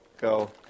go